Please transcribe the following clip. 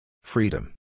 Freedom